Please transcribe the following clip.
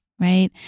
right